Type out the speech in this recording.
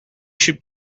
should